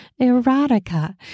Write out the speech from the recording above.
erotica